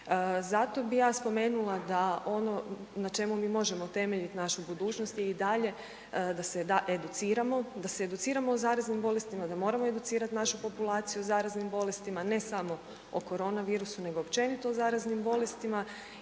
Zato bih ja spomenula da ono na čemu mi možemo temeljiti našu budućnost i dalje, da educiramo, da se educiramo o zaraznim bolestima, da moramo educirati našu populaciju o zaraznim bolestima, ne samo o koronavirusu nego općenito o zaraznim bolestima